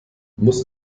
muss